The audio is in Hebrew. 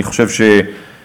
אני חושב שהיום,